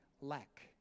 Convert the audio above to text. lack